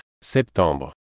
Septembre